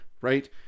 right